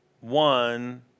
one